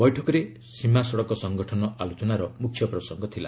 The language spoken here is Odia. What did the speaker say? ବୈଠକରେ ସୀମା ସଡକ ସଂଗଠନ ଆଲୋଚନାର ମ୍ରଖ୍ୟ ପ୍ରସଙ୍ଗ ଥିଲା